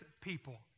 people